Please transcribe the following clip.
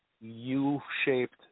U-shaped